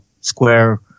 square